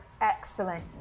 excellent